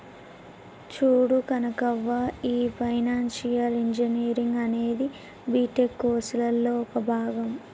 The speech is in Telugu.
చూడు కనకవ్వ, ఈ ఫైనాన్షియల్ ఇంజనీరింగ్ అనేది బీటెక్ కోర్సులలో ఒక భాగం